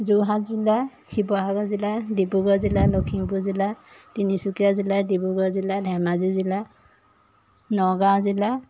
যোৰহাট জিলা শিৱসাগৰ জিলা ডিব্ৰুগড় জিলা লখিমপুৰ জিলা তিনিচুকীয়া জিলা ডিব্ৰুগড় জিলা ধেমাজি জিলা নগাঁও জিলা